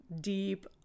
deep